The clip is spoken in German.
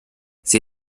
sie